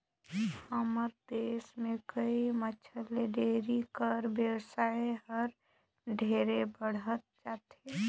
हमर देस में कई बच्छर ले डेयरी कर बेवसाय हर ढेरे बढ़हत जाथे